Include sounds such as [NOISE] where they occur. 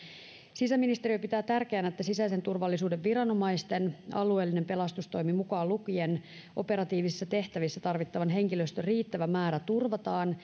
sisäministeriö pitää tärkeänä että sisäisen turvallisuuden viranomaisten alueellinen pelastustoimi mukaan lukien operatiivisissa tehtävissä tarvittavan henkilöstön riittävä määrä turvataan [UNINTELLIGIBLE]